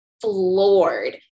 floored